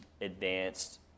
advanced